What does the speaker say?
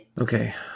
Okay